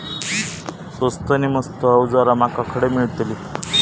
स्वस्त नी मस्त अवजारा माका खडे मिळतीत?